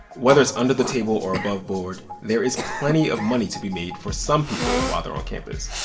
whether it's under the table or above board, there is plenty of money to be made for some people while they're on campus.